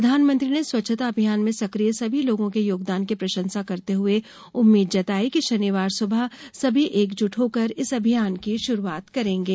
प्रधानमंत्री ने स्वच्छता अभियान में सकिय सभी लोगों के योगदान की प्रशंसा करते हुए उम्मीद जताई कि शनिवार सुबह सभी एकजुट होकर इस अभियान की शुरुआत करेंगे